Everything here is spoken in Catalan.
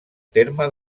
terme